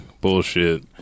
Bullshit